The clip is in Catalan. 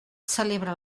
celebra